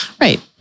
Right